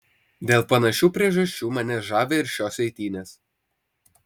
dėl panašių priežasčių mane žavi ir šios eitynės